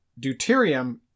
deuterium